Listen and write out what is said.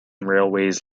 railways